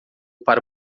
para